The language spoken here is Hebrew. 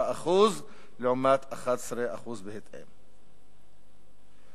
23% לעומת 11% בהתאמה.